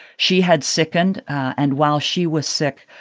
she had sickened, and while she was sick,